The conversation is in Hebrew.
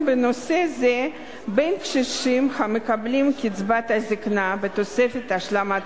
בנושא זה בין קשישים המקבלים קצבת זיקנה בתוספת השלמת